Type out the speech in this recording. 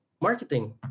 Marketing